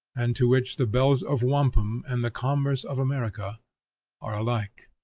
and to which the belt of wampum and the commerce of america are alike.